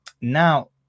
now